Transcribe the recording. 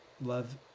Love